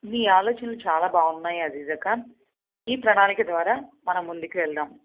నీ ఆలోచనలు చాలా బాగున్నాయి అజీజా ఖాన్ నీ ప్రణాళిక ద్వారా మనం ముందుకు వెళ్దాము